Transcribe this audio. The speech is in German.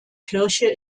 kirche